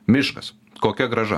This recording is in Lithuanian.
miškas kokia grąža